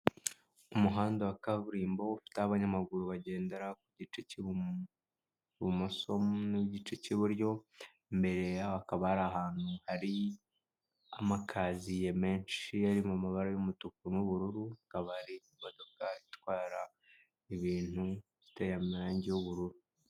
Umuhanda wa kaburimbo ufite aho abanyamaguru bagendera ku gice cy'ibumoso n'igice cy'iburyo, imbere hakaba ari ahantu hari amakaziye menshi yari mu mabara y'umutuku n'ubururu, hakaba hari imodoka itwara ibintu iteye amarangi y'ubururu.